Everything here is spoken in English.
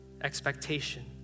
expectation